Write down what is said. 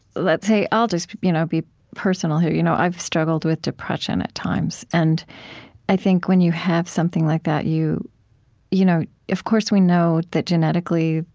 let's say i'll just you know be personal here. you know i've struggled with depression at times, and i think when you have something like that, you you know of course, we know that genetically,